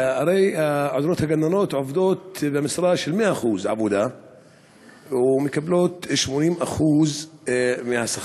הרי עוזרת הגננות עובדות במשרה של 100% עבודה ומקבלות 80% מהשכר.